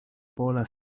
pola